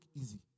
easy